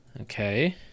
Okay